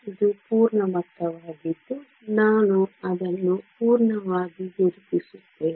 ಇದು ಪೂರ್ಣ ಮಟ್ಟವಾಗಿದ್ದು ನಾನು ಅದನ್ನು ಪೂರ್ಣವಾಗಿ ಗುರುತಿಸುತ್ತೇನೆ